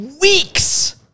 weeks